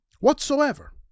Whatsoever